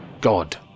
God